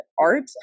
art